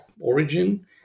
origin